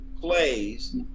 plays